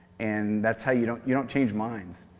and that's how you don't you don't change minds.